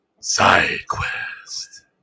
SideQuest